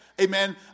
amen